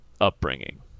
upbringing